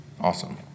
Awesome